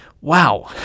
Wow